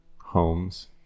homes